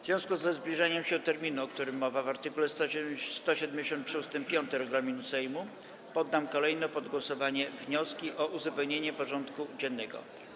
W związku ze zbliżaniem się terminu, o którym mowa w art. 173 ust. 5 regulaminu Sejmu, poddam kolejno pod głosowanie wnioski o uzupełnienie porządku dziennego.